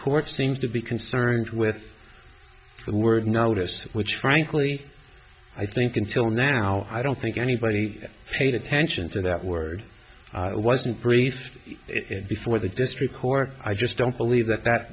court seems to be concerned with the word novice which frankly i think until now i don't think anybody paid attention to that word wasn't briefed before the district court i just don't believe that that